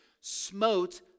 smote